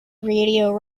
radio